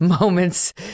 moments